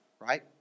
right